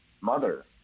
mother